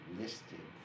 listed